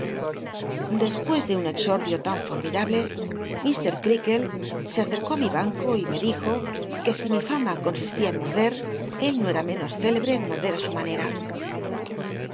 dcopucs de un exordio tao formidable m c caklc se acercó i mi banco y me dijo qne si mi fama consistía en morder él no era menos célcl l'e en mih ie i su manera